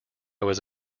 was